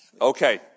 Okay